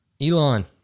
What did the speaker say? Elon